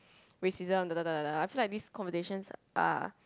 racism I feel these conversations are